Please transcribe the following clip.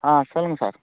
ஆ சொல்லுங்கள் சார்